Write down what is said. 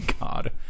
God